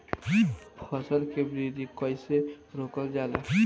फसल के वृद्धि कइसे रोकल जाला?